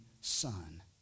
son